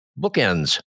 Bookends